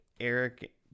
Eric